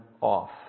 off